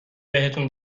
بهتون